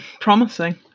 Promising